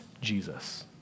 Jesus